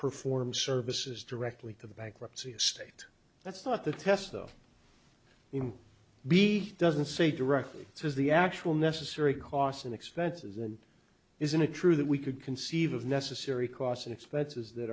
perform services directly to the bankruptcy a state that's not the test of you know b doesn't say directly this is the actual necessary costs and expenses and isn't it true that we could conceive of necessary costs and expenses that